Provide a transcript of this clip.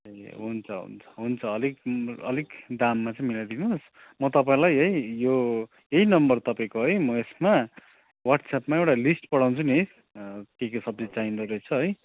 ए हुन्छ हुन्छ हुन्छ अलिक अलिक दाममा चाहिँ मिलाइदिनुहोस् म तपाईँलाई है यो यही नम्बर तपाईँको है म यसमा वाट्सएपमा एउटा लिस्ट पठाउँछु नि है के के सब्जी चाहिँदो रहेछ है